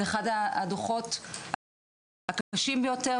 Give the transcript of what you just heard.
זה אחד הדוחות הקשים ביותר,